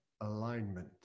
alignment